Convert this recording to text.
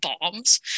bombs